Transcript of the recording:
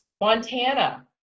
Montana